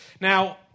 Now